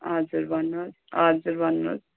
हजुर भन्नुहोस् हजुर भन्नुहोस्